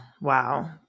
Wow